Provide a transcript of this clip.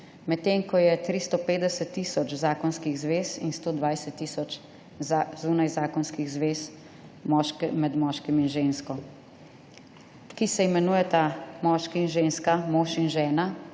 medtem ko je 350 tisoč zakonskih zvez in 120 tisoč zunajzakonskih zvez med moškim in žensko, ki se imenujeta moški in ženska, mož in žena